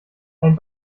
ein